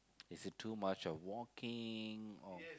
is it too much of walking or